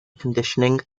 conditioning